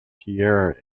pierre